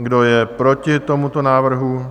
Kdo je proti tomuto návrhu?